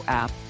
app